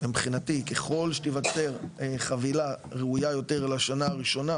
ומבחינתי ככל שתיווצר חבילה ראויה יותר לשנה הראשונה,